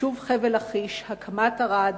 יישוב חבל לכיש, הקמת ערד